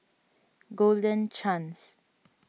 Golden Chance